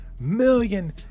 million